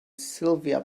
sylvia